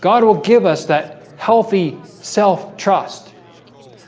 god will give us that healthy self trust